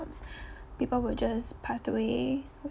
people will just passed away